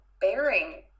bearing